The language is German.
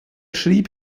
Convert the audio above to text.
schrieb